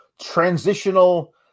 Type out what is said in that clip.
transitional